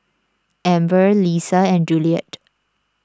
Amber Leesa and Juliet